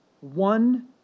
one